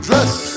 Dress